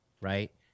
right